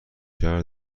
شهر